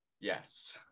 yes